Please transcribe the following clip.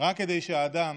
רק כדי שהאדם